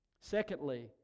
Secondly